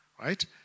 right